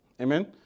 Amen